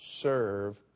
serve